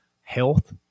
health